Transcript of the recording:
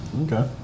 Okay